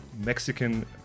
Mexican